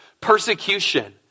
persecution